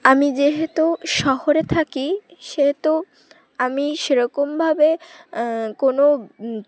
আমি যেহেতু শহরে থাকি সেহেতু আমি সেরকমভাবে কোনো